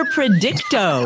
Predicto